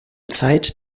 zeit